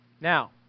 Now